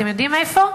אתם יודעים איפה?